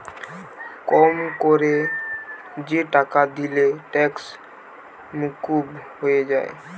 কম কোরে যে টাকা দিলে ট্যাক্স মুকুব হয়ে যায়